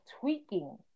tweaking